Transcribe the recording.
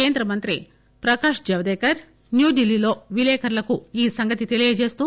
కేంద్రమంత్రి ప్రకాష్ జావదేకర్ న్యూఢిల్లీలో విలేకరులకు ఈ సంగతి తెలీయజేస్తూ